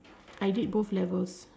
I did both levels